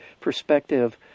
perspective